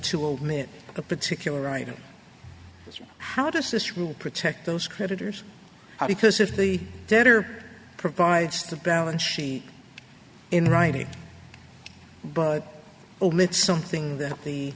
admit a particular item how does this rule protect those creditors because if the debtor provides the balance sheet in writing but omit something that the